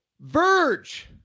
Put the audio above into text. Verge